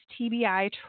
TBI